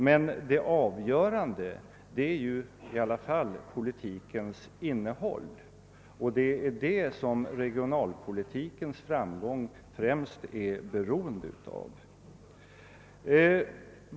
Men det avgörande är i alla fall politikens innehåll — det är detta som regionalpolitikens framgång främst är beroende av.